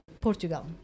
portugal